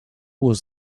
was